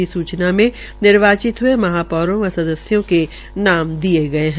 अधिसूचना में निर्वाचित हये महापौरो व सदस्यों के नाम दिये गये है